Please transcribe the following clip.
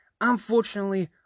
Unfortunately